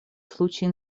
случаи